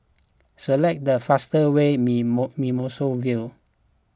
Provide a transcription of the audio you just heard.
select the fastest way to Mimosa View